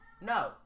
no